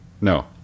No